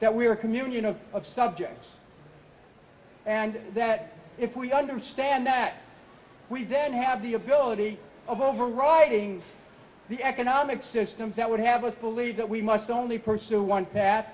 that we are communion of of subject and that if we understand that we then have the ability of overriding the economic systems that would have us believe that we must only pursue one